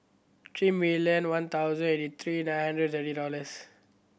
three million one thousand eighty three nine hundred thirty dollars